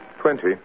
Twenty